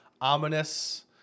ominous